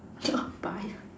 buy ah